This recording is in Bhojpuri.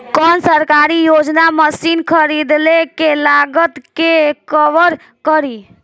कौन सरकारी योजना मशीन खरीदले के लागत के कवर करीं?